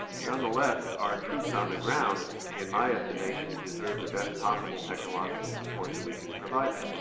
nonetheless our troops on the ground in my estimation deserve the best possible technological support that we can provide them.